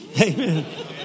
Amen